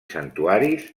santuaris